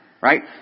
right